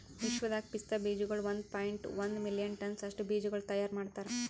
ವಿಶ್ವದಾಗ್ ಪಿಸ್ತಾ ಬೀಜಗೊಳ್ ಒಂದ್ ಪಾಯಿಂಟ್ ಒಂದ್ ಮಿಲಿಯನ್ ಟನ್ಸ್ ಅಷ್ಟು ಬೀಜಗೊಳ್ ತೈಯಾರ್ ಮಾಡ್ತಾರ್